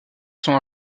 sont